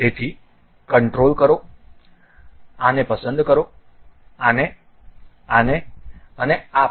તેથી કંટ્રોલ કરો આને પસંદ કરો આને આને અને આ પણ